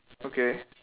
okay